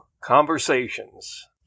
Conversations